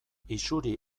isuri